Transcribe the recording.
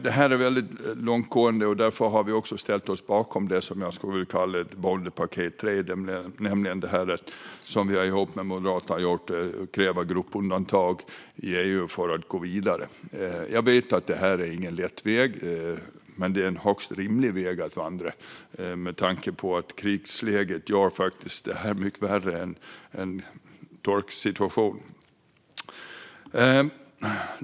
Det här är väldigt långtgående, och därför har vi ihop med Moderaterna ställt oss bakom det som jag skulle vilja kalla för ett bondepaket 3, nämligen att kräva gruppundantag i EU för att gå vidare. Jag vet att det inte är någon lätt väg, men det är en högst rimlig väg att vandra med tanke på att krigsläget faktiskt gör det här mycket värre än en torksituation.